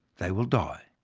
they will die.